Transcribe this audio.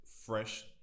fresh